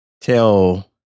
tell